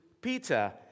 Peter